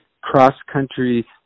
cross-country